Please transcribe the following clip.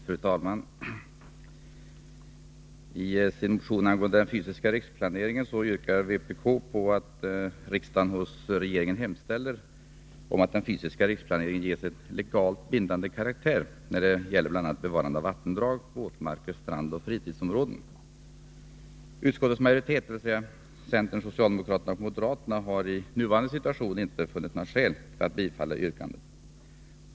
Fru talman! I sin motion angående den fysiska riksplaneringen yrkar vpk att riksdagen hos regeringen hemställer att den fysiska riksplaneringen ges en legalt bidnande karaktär när det bl.a. gäller bevarande av vattendrag, våtmarker, strandoch fritidsområden. Utskottets majoritet, dvs. centern, socialdemokraterna och moderaterna, hari nuvarande situation inte funnit några skäl för att bifalla yrkandet.